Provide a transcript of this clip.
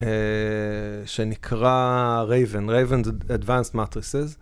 שנקרא Raven, Raven Advanced Matrices